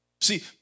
See